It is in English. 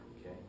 Okay